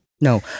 no